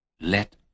let